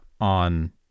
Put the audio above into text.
on